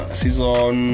season